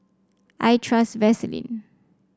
I trust Vaselin